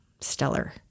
stellar